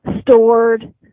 stored